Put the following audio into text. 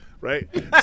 Right